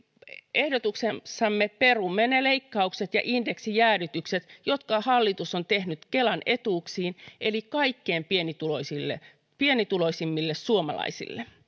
ehdotuksessamme perumme ne leikkaukset ja indeksijäädytykset jotka hallitus on tehnyt kelan etuuksiin eli kaikkein pienituloisimmille suomalaisille